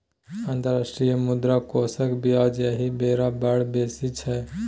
अंतर्राष्ट्रीय मुद्रा कोषक ब्याज एहि बेर बड़ बेसी छै